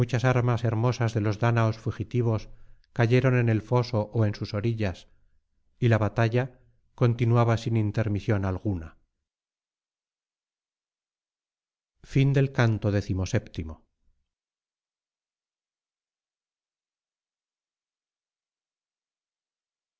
armas hermosas de los dáñaos fugitivos cayeron en el foso ó en sus orillas y la batalla continuaba sin intermisión alguna